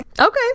Okay